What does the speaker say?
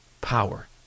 power